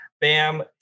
Bam